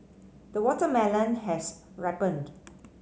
the watermelon has ripened